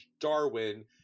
Darwin